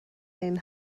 ein